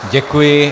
Děkuji.